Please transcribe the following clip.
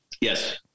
yes